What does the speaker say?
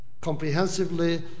comprehensively